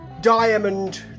diamond